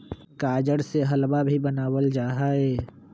गाजर से हलवा भी बनावल जाहई